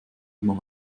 immer